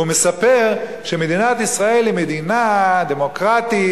והוא מספר שמדינת ישראל היא מדינה דמוקרטית,